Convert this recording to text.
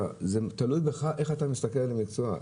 זה תלוי בך איך אתה מסתכל על המקצוע,